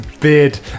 bid